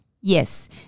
yes